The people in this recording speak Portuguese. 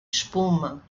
espuma